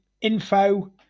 info